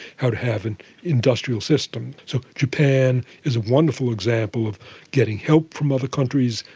how to have an industrial system. so japan is a wonderful example of getting help from other countries,